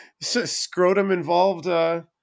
scrotum-involved